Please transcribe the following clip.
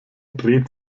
dreht